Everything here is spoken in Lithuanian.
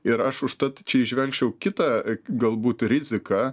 ir aš užtat čia įžvelgčiau kitą galbūt riziką